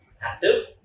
active